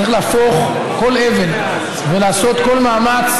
כשבג"ץ קיבל את ההחלטה השגויה לפנות את עמונה.